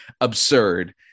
absurd